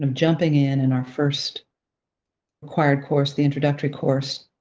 um jumping in in our first required course, the introductory course,